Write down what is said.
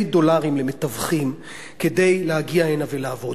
דולרים למתווכים כדי להגיע הנה ולעבוד.